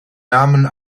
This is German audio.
namen